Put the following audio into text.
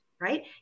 right